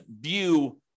view